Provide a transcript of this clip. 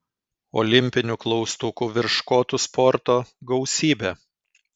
olimpinių klaustukų virš škotų sporto gausybė